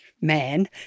man